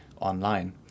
online